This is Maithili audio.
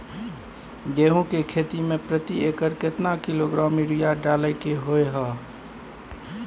गेहूं के खेती में प्रति एकर केतना किलोग्राम यूरिया डालय के होय हय?